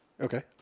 Okay